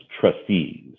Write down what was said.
trustees